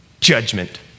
Judgment